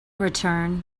return